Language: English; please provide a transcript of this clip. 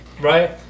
right